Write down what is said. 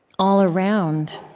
all around.